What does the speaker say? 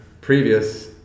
previous